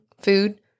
food